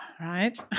Right